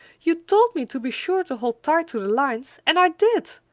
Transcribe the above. you told me to be sure to hold tight to the lines, and i did!